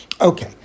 Okay